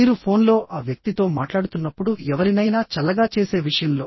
మీరు ఫోన్లో ఆ వ్యక్తితో మాట్లాడుతున్నప్పుడు ఎవరినైనా చల్లగా చేసే విషయంలో